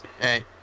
Hey